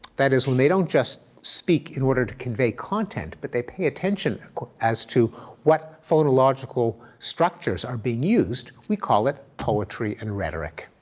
that is, when they don't just speak in order to convey content, but they pay attention as to what phonological structures are being used we call it poetry and rhetoric.